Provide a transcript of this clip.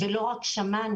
ולא רק שמענו